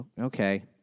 okay